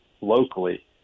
locally